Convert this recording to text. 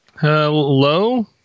Hello